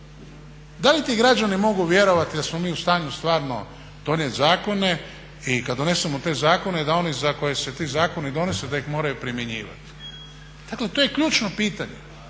Da li ti građani mogu vjerovati da smo mi u stanju stvarno donijet zakone i kad donesemo te zakone da oni za koje se ti zakoni donose da ih moraju primjenjivati. Dakle to je ključno pitanje.